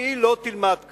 שהיא לא תלמד כאן.